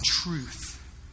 truth